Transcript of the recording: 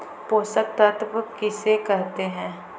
पोषक तत्त्व किसे कहते हैं?